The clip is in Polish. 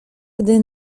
gdy